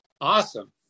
Awesome